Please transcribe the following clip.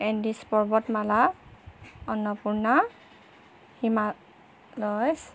Andes পৰ্বত মালা অন্নপূৰ্ণা হিমালইছ